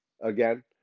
again